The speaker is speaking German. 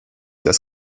das